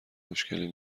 مشکلی